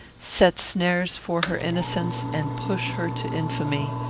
set snares for her innocence, and push her to infamy.